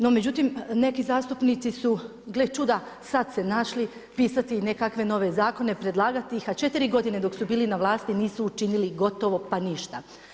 No međutim neki zastupnici su gle čuda sada se našli pisati i nekakve nove zakone, predlagati ih a 4 godine dok su bili na vlasti, nisu učinili gotovo pa ništa.